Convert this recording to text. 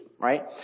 right